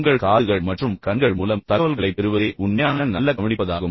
உங்கள் காதுகள் மற்றும் கண்கள் மூலம் தகவல்களைப் பெறுவதே உண்மையான நல்ல கவனிப்பதாகும்